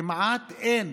כמעט אין,